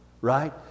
Right